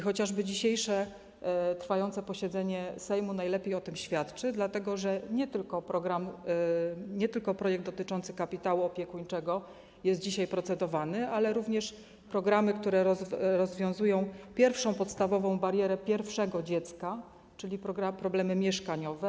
Chociażby dzisiejsze, trwające posiedzenie Sejmu najlepiej o tym świadczy, dlatego że nie tylko projekt dotyczący kapitału opiekuńczego jest dzisiaj procedowany, ale również programy, które rozwiązują pierwszą podstawową barierę związaną z pierwszym dzieckiem, czyli problemy mieszkaniowe.